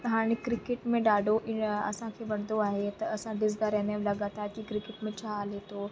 त हाणे क्रिकेट में ॾाढो असांखे वणंदो आहे त असां ॾिसंदा रहंदा आहियूं लॻातारु की क्रिकेट में छा हले थो